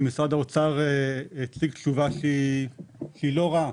משרד האוצר הציג תשובה שהיא לא רעה.